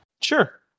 Sure